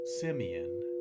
Simeon